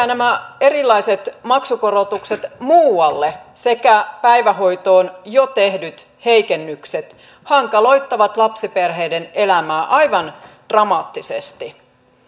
nämä erilaiset maksukorotukset muualle sekä päivähoitoon jo tehdyt heikennykset hankaloittavat lapsiperheiden elämää aivan dramaattisesti